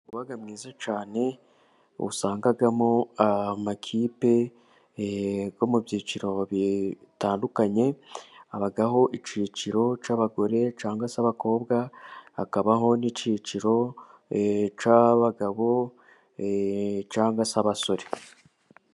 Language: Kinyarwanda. Umupira uba mwiza cyane usangamo amakipe yo mu byiciro bitandukanye, habaho ikiciro cy'abagore cyangwa se abakobwa, hakabaho n'ikiciro cy'abagabo cangwa se abasore.